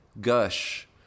gush